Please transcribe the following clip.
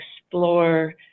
explore